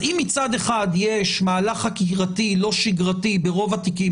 אם מצד אחד יש מהלך חקירתי לא שגרתי ברוב התיקים